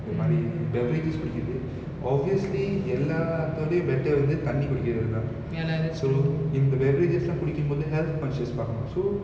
இது மாறி:ithu mari beverages குடிக்குறது:kudikkurathu obviously எல்லாதோடயும்:ellathodayum better வந்து தண்ணி குடிக்குறது தான்:vanthu thanni kudikkurathu than so இந்த:intha beverages lah குடிக்கும் போது:kudikkum pothu health conscious பாக்கனும்:pakkanum so